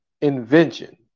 invention